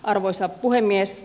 arvoisa puhemies